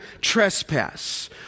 trespass